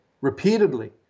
repeatedly